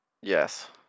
Yes